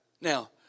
Now